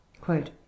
Quote